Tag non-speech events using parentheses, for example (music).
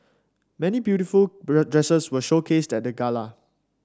many beautiful (unintelligible) dresses were showcased at the gala